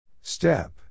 Step